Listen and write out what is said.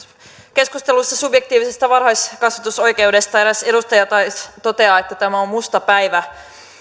keskustelussa subjektiivisesta varhaiskasvatusoikeudesta eräs edustaja taisi todeta että tämä on musta päivä